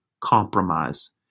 compromise